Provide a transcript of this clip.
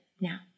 now